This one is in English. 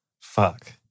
fuck